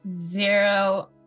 zero